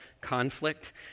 conflict